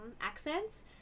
accents